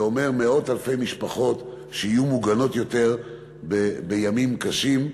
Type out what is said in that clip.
וזה אומר מאות אלפי משפחות שיהיו מוגנות יותר בימים קשים,